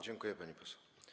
Dziękuję, pani poseł.